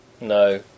No